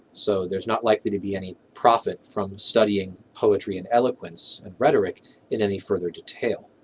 so there's not likely to be any profit from studying poetry and eloquence and rhetoric in any further detail.